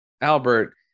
Albert